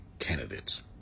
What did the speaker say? candidates